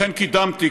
לכן קידמתי,